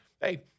hey